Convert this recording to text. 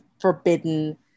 forbidden